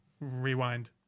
Rewind